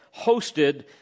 hosted